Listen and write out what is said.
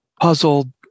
puzzled